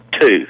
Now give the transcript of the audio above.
Two